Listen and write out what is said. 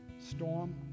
storm